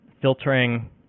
filtering